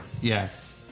Yes